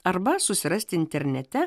arba susirasti internete